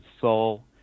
soul